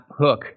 hook